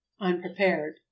unprepared